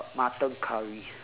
mutton curry